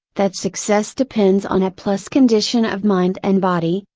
that success depends on a plus condition of mind and body,